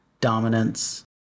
dominance